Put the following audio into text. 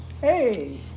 Hey